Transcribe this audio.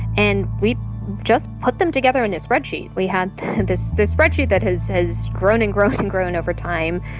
and we just put them together in a spreadsheet. we had this this spreadsheet that has has grown and grown and grown over time,